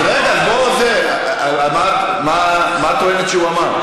אז רגע, מה את טוענת שהוא אמר?